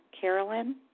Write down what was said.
Carolyn